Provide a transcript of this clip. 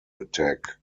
attack